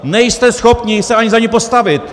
Nejste schopni se ani za ni postavit!